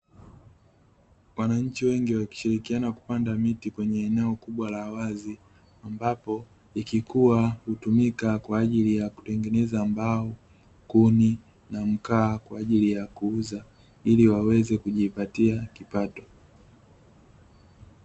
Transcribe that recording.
Wananchi wengi wakishirikiana kupanda miti kwenye eneo kubwa la wazi, ambapo ikikua hutumika kwa ajili ya kutengenezea mbao kuni na mkaa kwa ajili ya kuuza ili waweze kujipatia kipato.